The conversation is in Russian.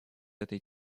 этой